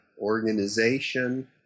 organization